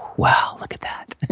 wow, look at that.